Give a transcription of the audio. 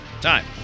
Time